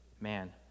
man